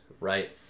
right